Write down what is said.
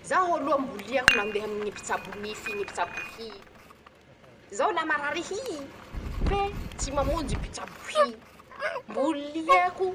Zaho aloha mbo liako ñy nandeha aminy ñy pitsabo nify, pitsabo hy, zaho la marary hyy, fe tsy namonjy pitsabo hy, mbo liako